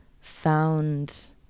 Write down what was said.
found